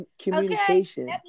communication